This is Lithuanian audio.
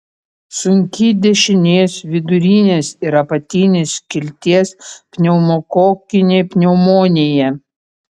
sunki dešinės vidurinės ir apatinės skilties pneumokokinė pneumonija